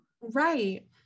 Right